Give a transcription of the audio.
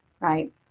right